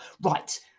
right